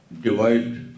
divide